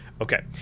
Okay